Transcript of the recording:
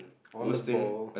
on the ball